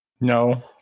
No